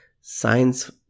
science